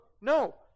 no